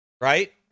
Right